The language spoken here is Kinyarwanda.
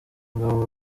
bagabo